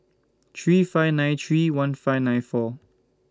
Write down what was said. three five nine three one five nine four